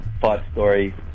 five-story